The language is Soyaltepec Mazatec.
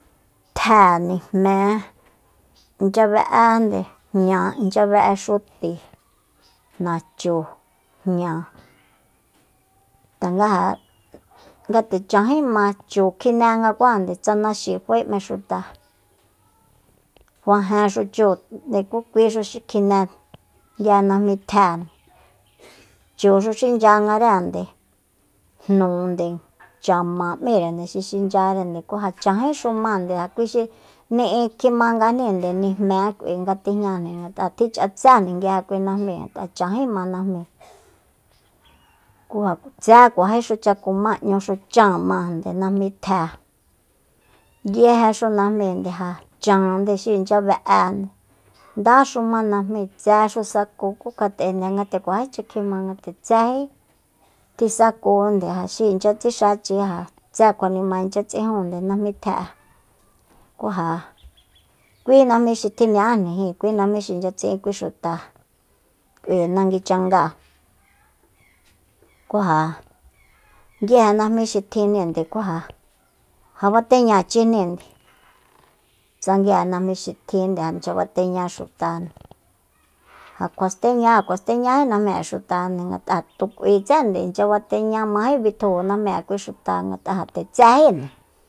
Tje nijmá inchabe'ende jña inchya inchya be'e xuti nachu jña tanga ja ngati chanjí ma chu kjine kuajande tsa naxi fae mé xuta fajenxu chúunde ku kui xu xi kjine nguije najmitjéende chuxu xinchyangarende jnunde chama m'íre xi xinchyarende ku ja chanjíxumáande ja kui xi ni'i tjimangajninde nijménde k'ui nga tijñanjni ngat'a tjich'atsé nguije kuinajmíi ngat'a chanjíma najmíi ku ja tsé kuajíxucha kumá n'ñuxu cháanmakuajande najmí tjée nguijexu najminde ja chande xi inchya be'e ndáxuma najmíi tsexu saku ku kjat'e ngate kuajícha kjima ngate tsejí tjisakujande xi inchya tsixachi ja tse kjuanima inchya ts'ijun najmí tje'e ku ja kui najmí xi tjiñaájnijíi kui najmí xi inchya tsi'in kui xuta k'ui nangui changáa ku ja nguije najmi xi tjinjninde ku ja ja bateñáachijninde tsa nguije najmi xi tjinde ja inchya bateña xutande ja k'ua steña ja k'ua steñají najmí'é xutande ngat'a tu k'uitsende incha bateñá majé bitjuju najmí'e kui xuta ngat'a ja nde tséjínde